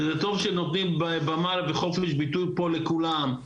וזה טוב שנותנים במה וחופש ביטוי פה לכולם,